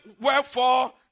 wherefore